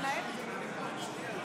בבקשה.